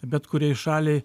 bet kuriai šaliai